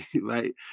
right